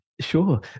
sure